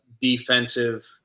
defensive